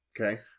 Okay